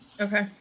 Okay